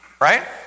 right